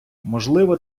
можливо